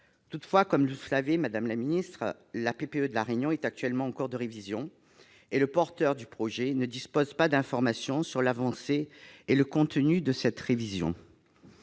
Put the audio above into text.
Toutefois, comme vous le savez, madame la secrétaire d'État, la PPE de La Réunion est actuellement en cours de révision et le porteur du projet ne dispose pas d'informations sur l'avancée et le contenu de cette révision.